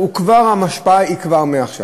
ההשפעה היא כבר מעכשיו.